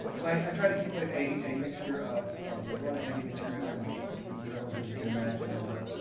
so i try to keep a a mixture of there's a lot of heavy material and in journalism, as you can imagine. a lot of,